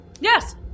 Yes